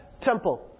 temple